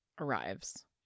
arrives